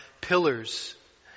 pillars